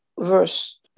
verse